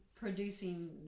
producing